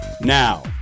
now